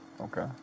Okay